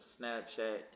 Snapchat